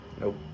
nope